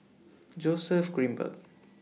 Joseph Grimberg